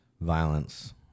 violence